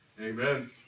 Amen